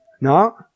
No